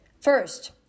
First